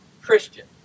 Christian